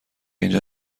اینجا